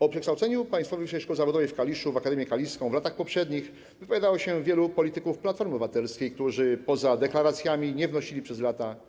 O przekształceniu Państwowej Wyższej Szkoły Zawodowej w Kaliszu w Akademię Kaliską w latach poprzednich wypowiadało się wielu polityków Platformy Obywatelskiej, którzy poza deklaracjami nic nie wnieśli przez te lata.